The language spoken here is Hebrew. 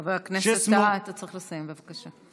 חבר הכנסת טאהא, אתה צריך לסיים, בבקשה.